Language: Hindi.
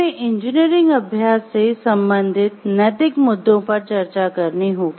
हमें इंजीनियरिंग अभ्यास से संबंधित नैतिक मुद्दों पर चर्चा करनी होगी